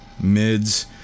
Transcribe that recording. mids